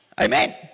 Amen